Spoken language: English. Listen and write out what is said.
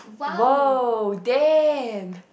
!woah! damn